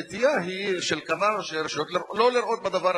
הנטייה של כמה רשויות היא לא לראות בדבר